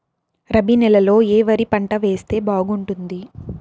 రబి నెలలో ఏ వరి పంట వేస్తే బాగుంటుంది